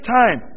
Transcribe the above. time